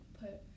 put